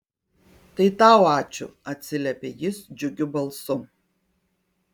tai tau ačiū atsiliepia jis džiugiu balsu